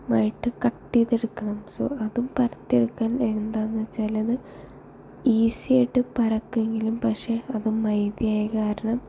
ആയിട്ട് കട്ട് ചെയ്ത് എടുക്കണം സൊ അത് പരത്തിയെടുക്കാൻ എന്താന്ന് വെച്ചാൽ ഈസി ആയിട്ട് പരക്കുമെങ്കിലും പക്ഷേ അത് മൈദയായ കാരണം